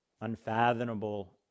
unfathomable